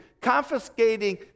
confiscating